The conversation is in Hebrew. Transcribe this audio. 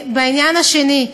בעניין השני,